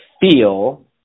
feel